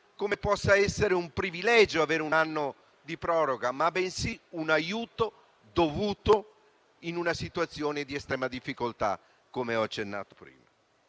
come possa essere considerato un privilegio avere un anno di proroga, quando è un aiuto dovuto in una situazione di estrema difficoltà, come ho accennato prima.